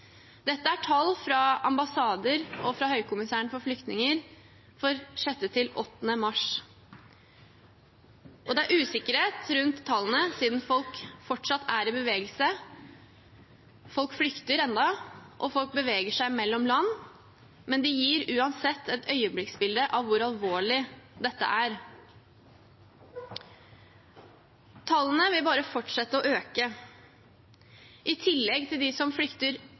Dette er tall fra ambassader og fra Høykommissæren for flyktninger for 6.–8. mars. Det er usikkerhet rundt tallene siden folk fortsatt er i bevegelse – folk flykter ennå, og folk beveger seg mellom land – men de gir uansett et øyeblikksbilde av hvor alvorlig dette er. Tallene vil bare fortsette å øke. I tillegg til de som flykter